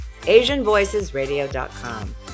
AsianVoicesRadio.com